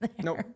Nope